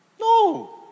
No